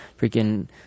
Freaking